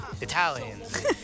Italians